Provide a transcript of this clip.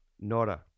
Nora